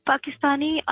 Pakistani